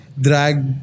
drag